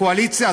קואליציה,